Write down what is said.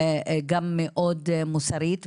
גם מאוד מוסרית,